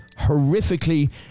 horrifically